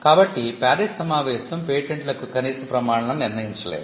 కాబట్టి ప్యారిస్ సమావేశం పేటెంట్లకు కనీస ప్రమాణాలను నిర్ణయించలేదు